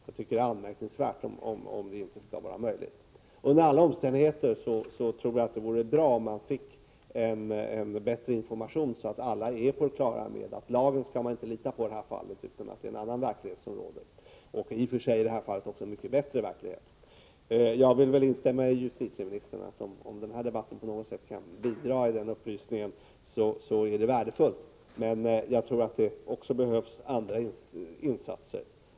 Jag tycker att det är anmärkningsvärt om det inte skall vara möjigt. Under alla omständigheter tror jag att det vore bra om man fick bättre information, så att alla är på det klara med att man inte skall lita på lagen i det här fallet utan att det är en annan verklighet som råder — och i och för sig i det här fallet också en mycket bättre verklighet. Jag vill instämma med justitieministern i att det är värdefullt om den här debatten på något sätt kan bidra till den upplysningen. Men jag tror att det också behövs andra insatser.